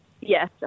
Yes